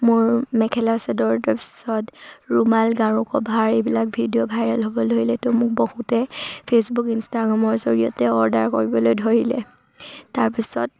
মোৰ মেখেলা চাদৰ তাৰপিছত ৰুমাল গাৰু কভাৰ এইবিলাক ভিডিঅ' ভাইৰেল হ'ব ধৰিলে ত' মোক বহুতে ফেচবুক ইনষ্টাগ্ৰামৰ জৰিয়তে অৰ্ডাৰ কৰিবলৈ ধৰিলে তাৰপিছত